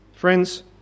Friends